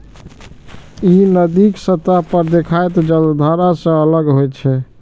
ई नदीक सतह पर देखाइत जलधारा सं अलग होइत छै